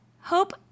Hope